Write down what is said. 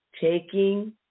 taking